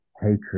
hatred